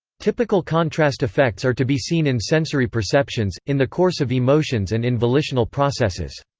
typical contrast effects are to be seen in sensory perceptions, in the course of emotions and in volitional processes.